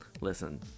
Listen